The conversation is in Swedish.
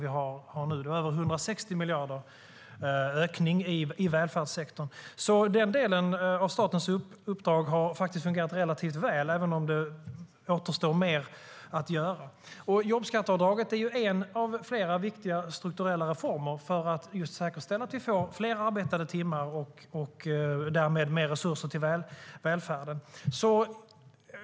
Det har skett en ökning med ungefär 160 miljarder i välfärdssektorn. Den delen av statens uppdrag har alltså fungerat relativt väl, även om det finns mer att göra. Jobbskatteavdraget är en av flera viktiga strukturella reformer som gjorts för att säkerställa att vi får fler arbetade timmar och därmed mer resurser till välfärden.